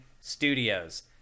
Studios